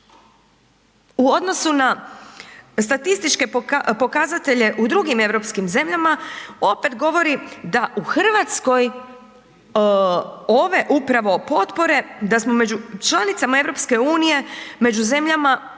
U odnosu na statističke pokazatelje u drugim europskim zemljama opet govori da u RH ove upravo potpore, da smo među članicama EU među zemljama koje